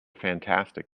fantastic